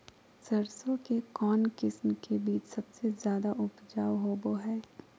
सरसों के कौन किस्म के बीच सबसे ज्यादा उपजाऊ होबो हय?